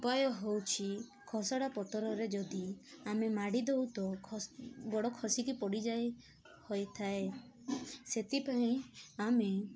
ଉପାୟ ହୋଉଛି ଖସଡ଼ା ପଥରରେ ଯଦି ଆମେ ମାଡ଼ି ଦେଉ ତ ଗୋଡ଼ ଖସିକି ପଡ଼ିଯାଏ ହୋଇଥାଏ ସେଥିପାଇଁ ଆମେ